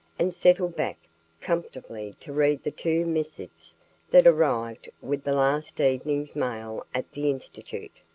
and settled back comfortably to read the two missives that arrived with the last evening's mail at the institute.